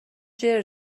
جـر